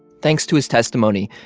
thanks to his testimony,